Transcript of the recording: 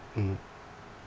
mm